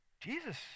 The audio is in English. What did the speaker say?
Jesus